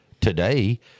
today